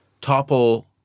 topple